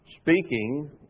speaking